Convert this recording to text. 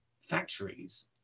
factories